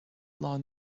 lár